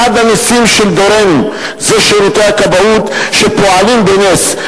רבותי: "אחד הנסים של דורנו הוא שירותי הכבאות שפועלים בנס,